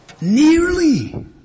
nearly